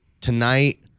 tonight